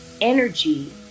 energy